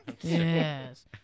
Yes